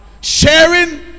sharing